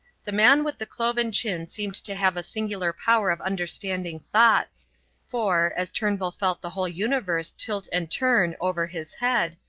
the man with the cloven chin seemed to have a singular power of understanding thoughts for, as turnbull felt the whole universe tilt and turn over his head,